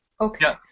Okay